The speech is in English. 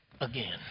again